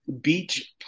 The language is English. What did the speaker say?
Beach